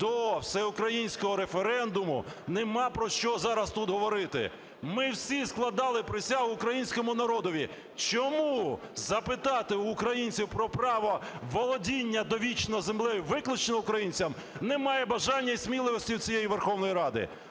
До всеукраїнського референдуму нема про що зараз тут говорити. Ми всі складали присягу українському народові. Чому запитати в українців про право володіння довічно землею виключно українцям, немає бажання і сміливості у цієї Верховної Ради?